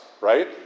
right